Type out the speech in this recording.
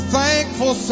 thankful